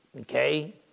okay